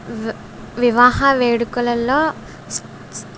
వ వివాహ వేడుకలల్లో